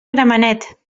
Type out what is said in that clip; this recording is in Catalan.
gramenet